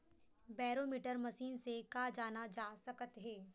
Barometer machine से का जाना जा सकत हे?